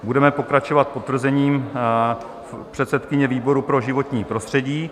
Budeme pokračovat potvrzením předsedkyně výboru pro životní prostředí.